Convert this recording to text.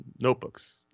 notebooks